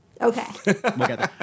Okay